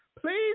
please